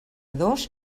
dos